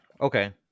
okay